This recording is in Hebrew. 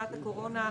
שנת הקורונה,